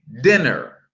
dinner